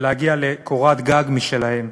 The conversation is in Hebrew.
להגיע לקורת גג משלהם.